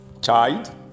Child